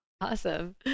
awesome